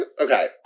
okay